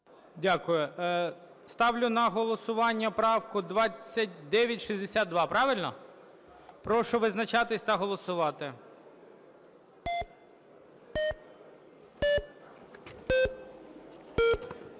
Дякую. Ставлю на голосування правку 3020 Івченка. Прошу визначатись та голосувати.